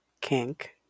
kink